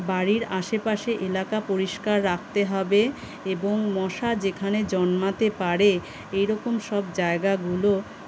বাড়ির আশেপাশে এলাকা পরিষ্কার রাখতে হবে এবং মশা যেখানে জন্মাতে পারে এই রকম সব জায়গাগুলো